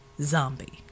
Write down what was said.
Zombie